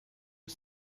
are